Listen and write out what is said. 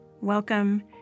Welcome